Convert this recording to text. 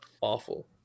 awful